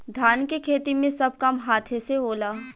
धान के खेती मे सब काम हाथे से होला